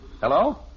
Hello